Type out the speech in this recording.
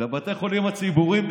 לבתי החולים הציבוריים.